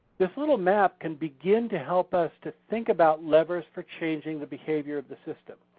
this little map can begin to help us to think about levers for changing the behavior of the system.